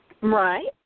Right